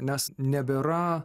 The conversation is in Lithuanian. nes nebėra